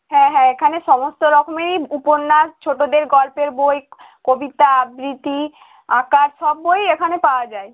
হ্যাঁ হ্যাঁ এখানে সমস্ত রকমেরই উপন্যাস ছোটোদের গল্পের বই কবিতা আবৃতি আঁকা সব বইই এখানে পাওয়া যায়